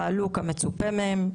פעלו כמצופה מהם.